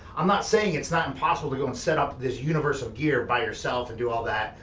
i'm not saying it's not impossible to go and set up this universe of gear by yourself and do all that,